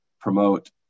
promote